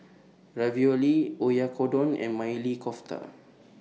Ravioli Oyakodon and Maili Kofta